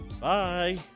Bye